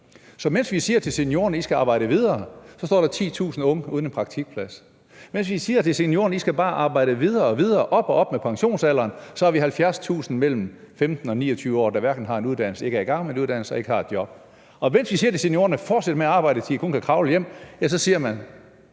Så mens vi siger til seniorerne, at de skal arbejde videre, så står der 10.000 unge uden en praktikplads. Mens vi siger til seniorerne, at de bare skal arbejde videre og videre, op og op med pensionsalderen, så har vi 70.000 mellem 15 og 29 år, der hverken har en uddannelse, er i gang med en uddannelse eller har et job. Og mens vi siger til seniorerne, at de skal fortsæt med at